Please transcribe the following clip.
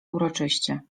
uroczyście